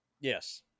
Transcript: Yes